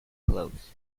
close